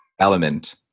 element